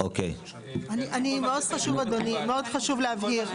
מאוד חשוב להבהיר,